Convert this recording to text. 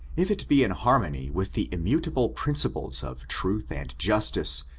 if it be in harmony with the immutable principles of truth and justice,